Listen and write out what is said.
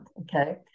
okay